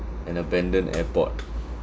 an abandoned airport